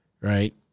right